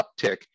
uptick